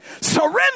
surrender